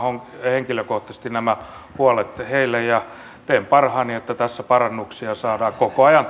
henkilökohtaisesti nämä huolet heille teen parhaani että tässä parannuksia saadaan koko ajan